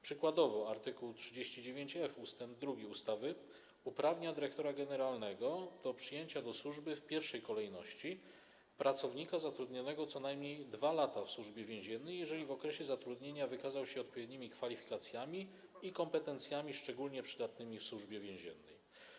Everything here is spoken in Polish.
Przykładowo art. 39f ust. 2 ustawy uprawnia dyrektora generalnego do przyjęcia do służby w pierwszej kolejności pracownika zatrudnionego co najmniej 2 lata w Służbie Więziennej, jeżeli w okresie zatrudnienia wykazał się odpowiednimi kwalifikacjami i kompetencjami szczególnie przydatnymi w Służbie Więziennej.